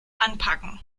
anpacken